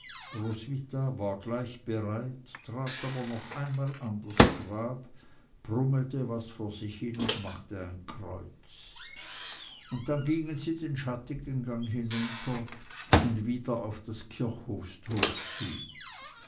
war gleich bereit trat aber noch einmal an das grab brummelte was vor sich hin und machte ein kreuz und dann gingen sie den schattigen gang hinunter und wieder auf das kirchhofstor zu